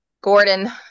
Gordon